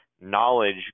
knowledge